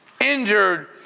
injured